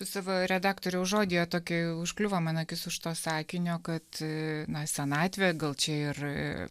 savo redaktoriaus žodyje tokia užkliuvo mano akis už to sakinio kad na senatvė gal čia ir